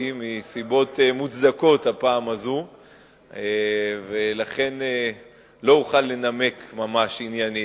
מסיבות מוצדקות הפעם הזו ולכן לא אוכל לנמק ממש עניינית,